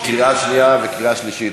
לקריאה שנייה וקריאה שלישית.